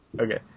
Okay